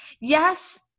yes